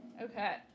Okay